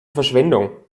verschwendung